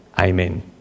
Amen